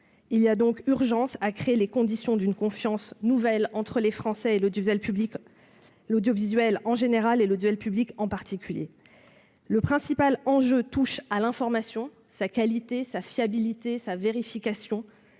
Il y a donc urgence à créer les conditions d'une confiance nouvelle entre les Français et l'audiovisuel, en particulier l'audiovisuel public. Le principal enjeu touche à l'information, à sa qualité, à sa fiabilité, à sa vérification,